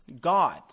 God